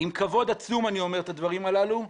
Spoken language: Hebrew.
עם כבוד עצום אני אומר את הדברים הללו,